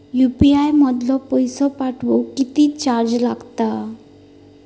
UPI मधलो पैसो पाठवुक किती चार्ज लागात?